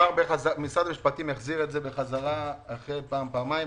משרד המשפטים החזיר את זה אחרי פעם, פעמיים.